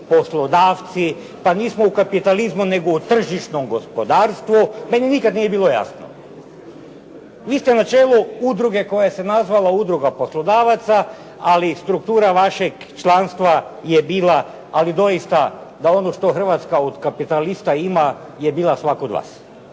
pa nismo u kapitalizmu nego u tržišnom gospodarstvu, meni nikad nije bilo jasno. Vi ste na čelu udruge koja se nazvala Udruga poslodavaca ali i struktura vašeg članstva je bila ali doista za ono što Hrvatska od kapitalista ima je bila sva kod vas.